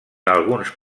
alguns